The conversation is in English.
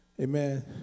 Amen